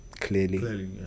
clearly